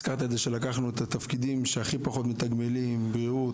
הזכרת שלקחנו את תפקידים כמו: בריאות